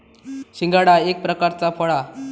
शिंगाडा एक प्रकारचा फळ हा